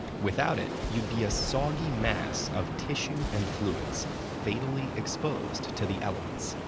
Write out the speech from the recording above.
without it, you'd be a soggy mass of tissue and fluids, fatally exposed to the elements.